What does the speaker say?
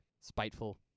spiteful